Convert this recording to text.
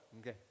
Okay